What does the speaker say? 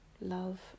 love